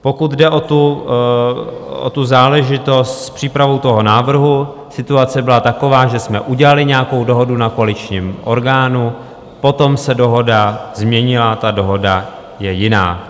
Pokud jde o záležitost s přípravou toho návrhu, situace byla taková, že jsme udělali nějakou dohodu na koaličním orgánu, potom se dohoda změnila, ta dohoda je jiná.